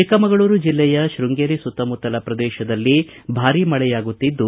ಚಿಕ್ಕಮಗಳೂರು ಜಿಲ್ಲೆಯ ಶೃಂಗೇರಿ ಸುತ್ತಮುತ್ತಲ ಪ್ರದೇಶದಲ್ಲಿ ಭಾರೀ ಮಳೆಯಾಗುತ್ತಿದ್ದು